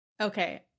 Okay